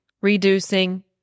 reducing